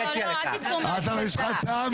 יש לך הצעה?